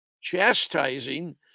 chastising